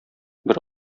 бер